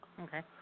Okay